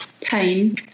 pain